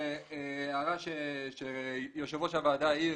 הערה שיושב-ראש הוועדה העיר,